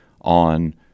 on